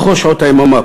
בכל שעות היממה,